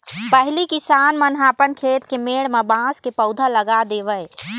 पहिली किसान मन ह अपन खेत के मेड़ म बांस के पउधा लगा देवय